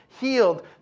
healed